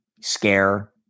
scare